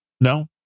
No